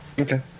Okay